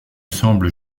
semble